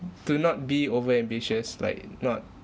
to not be over ambitious like not